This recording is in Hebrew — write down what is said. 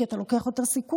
כי אתה לוקח יותר סיכון.